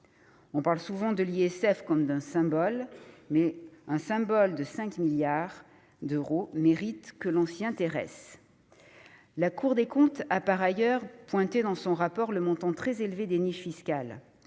On parle souvent de l'ISF comme d'un symbole, mais un symbole à 5 milliards d'euros mérite que l'on s'y intéresse ! La Cour des comptes a par ailleurs pointé dans son rapport le montant très élevé des niches fiscales-